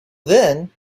then